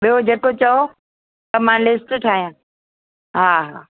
ॿियो जेको चओ त मां लिस्ट ठाहियां हा